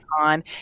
on